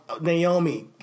Naomi